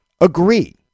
agree